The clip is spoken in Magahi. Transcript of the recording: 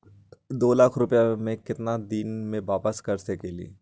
दो लाख रुपया के केतना दिन में वापस कर सकेली?